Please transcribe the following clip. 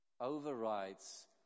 overrides